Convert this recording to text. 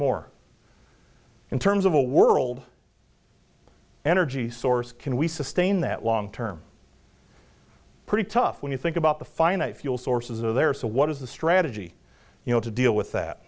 more in terms of a world energy source can we sustain that long term pretty tough when you think about the finite fuel sources are there so what is the strategy you know to deal with that